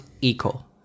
equal